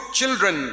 children